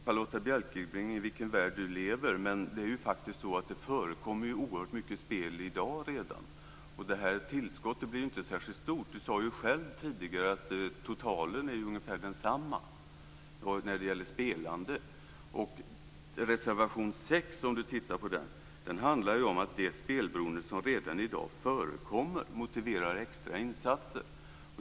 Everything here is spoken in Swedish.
Fru talman! Jag vet inte i vilken värld Charlotta Bjälkebring lever. Det förekommer oerhört mycket spel redan i dag. Det här tillskottet blir inte särskilt stort. Charlotta Bjälkebring sade själv tidigare att totalen är ungefär densamma när det gäller spelande. Reservation 6 handlar om att det spelberoende som redan i dag förekommer motiverar extra insatser.